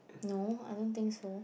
no I don't think so